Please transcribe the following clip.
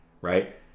Right